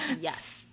Yes